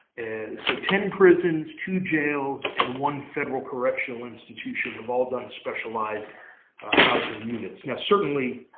so ten prisons, two jails, and one federal correctional institution involved ah in specialized housing units. now, certainly,